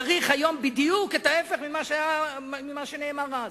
צריך היום בדיוק את ההיפך ממה שנאמר אז.